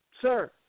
sir